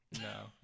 No